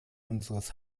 unseres